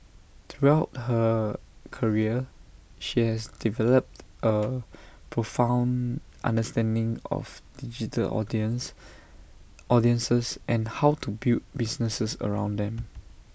throughout her career she has developed A profound understanding of digital audience audiences and how to build businesses around them